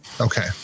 Okay